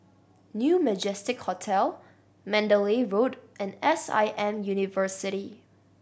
Mew Majestic Hotel Mandalay Road and S I M University